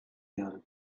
gamme